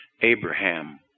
Abraham